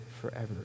forever